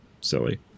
silly